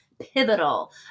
pivotal